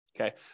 Okay